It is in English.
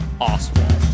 Oswald